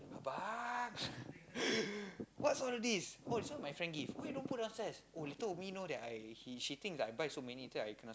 abang what's all this oh this one my friend give why you don't put downstairs oh later know that I she thinks I buy so many then I kena